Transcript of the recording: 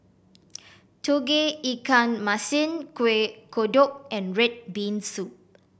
Tauge Ikan Masin Kueh Kodok and red bean soup